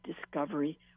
discovery